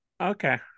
Okay